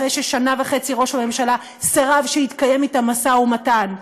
אחרי ששנה וחצי ראש הממשלה סירב שיתקיים משא ומתן אתם,